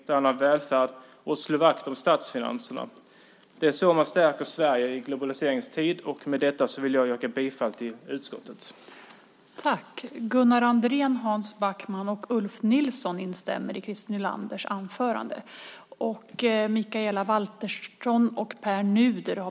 Det handlar om välfärd och att slå vakt om statsfinanserna. Det är så man stärker Sverige i globaliseringstider. Med detta yrkar jag bifall till utskottets förslag.